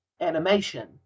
animation